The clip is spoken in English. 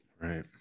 Right